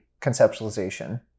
conceptualization